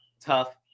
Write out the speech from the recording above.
tough